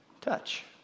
touch